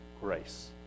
grace